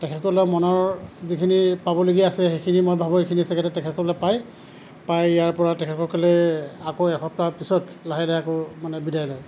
তেখেতসকলৰ মনৰ যিখিনি পাবলগীয়া আছে সেইখিনি মই ভাবো সেইখিনি চাগৈ তেখেতসকলে পাই পাই ইয়াৰপৰা তেখেতসকলে আকৌ এসপ্তাহৰ পিছত লাহে লাহে আকৌ মানে বিদায় লয়